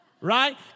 Right